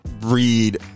read